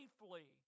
safely